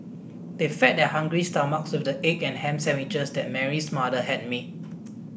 they fed their hungry stomachs with the egg and ham sandwiches that Mary's mother had made